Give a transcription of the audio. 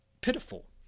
pitiful